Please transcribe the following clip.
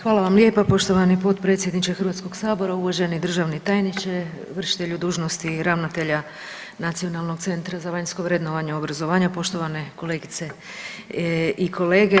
Hvala vam lijepa, poštovani potpredsjedniče Hrvatskog sabora, uvaženi državni tajniče, vršitelju dužnosti ravnatelja Nacionalnog centra za vanjsko vrednovanje obrazovanja, poštovane kolegice i kolege.